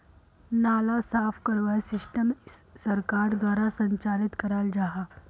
नाला साफ करवार सिस्टम सरकार द्वारा संचालित कराल जहा?